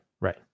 right